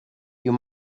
you